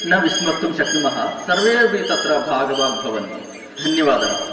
न विस्मर्तुं शक्नुमः सर्वे अपि तत्र भागभाग्भवन्ति धन्यवादः